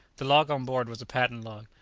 the log on board was a patent log,